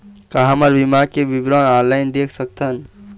का हमर बीमा के विवरण ऑनलाइन देख सकथन?